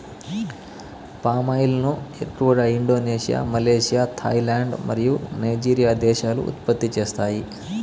palm oil ను ఎక్కువగా Indonesia, Malaysia, Thailand మరియు నైజీరియా దేశాలు ఉత్పత్తి చేస్తాయి